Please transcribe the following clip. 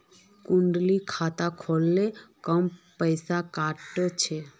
कुंडा खाता खोल ले कम पैसा काट छे?